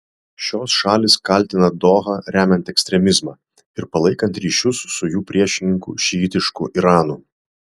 šios šalys kaltina dohą remiant ekstremizmą ir palaikant ryšius su jų priešininku šiitišku iranu